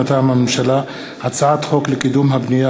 מטעם הממשלה: הצעת חוק לקידום הבנייה